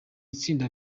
itsinda